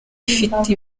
ifite